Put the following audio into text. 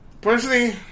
Personally